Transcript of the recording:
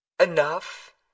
enough